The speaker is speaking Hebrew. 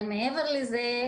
אבל מעבר לזה,